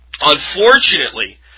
Unfortunately